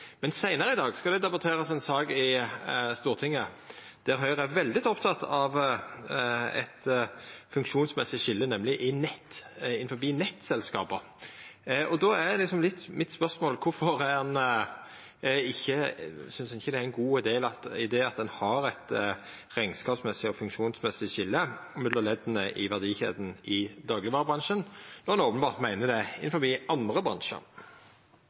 Seinare i dag skal me debattera ei sak i Stortinget der Høgre er veldig oppteken av eit funksjonsmessig skilje, nemleg innan nettselskapa. Då er spørsmålet mitt: Kvifor synest representanten ikkje det er ein god idé at ein har eit rekneskapsmessig og funksjonsmessig skilje mellom ledda i verdikjeda i daglegvarebransjen, når han openbert meiner at det er det innanfor andre